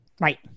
right